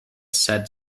said